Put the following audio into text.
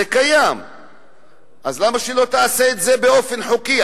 זה קיים, אז למה שלא תעשה את זה באופן חוקי?